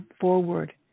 forward